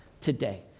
today